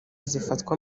zifatwa